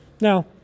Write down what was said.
Now